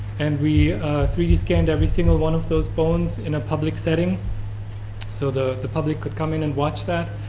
and we three d scanned every single one of those bones in a public setting so the the public could come in and watch that.